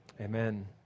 Amen